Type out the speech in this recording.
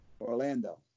Orlando